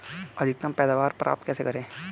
अधिकतम पैदावार प्राप्त कैसे करें?